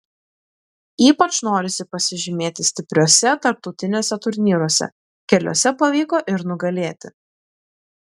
ypač norisi pasižymėti stipriuose tarptautiniuose turnyruose keliuose pavyko ir nugalėti